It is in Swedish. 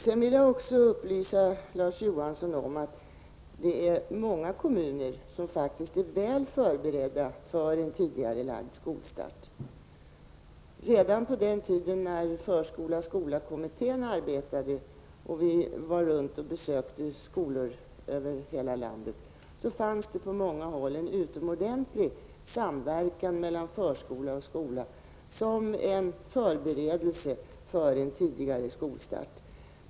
Jag vill också upplysa Larz Johansson om att många kommuner är väl förberedda för en tidigarelagd skolstart. Redan på den tiden när förskola-skolakommittén arbetade och vi åkte runt och besökte skolor över hela landet, fanns det på många håll en utomordentlig samverkan mellan förskola och skola som en förberedelse för en tidigare skolstart.